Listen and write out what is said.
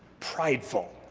prideful,